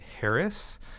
harris